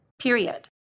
period